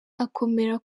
akomera